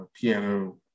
piano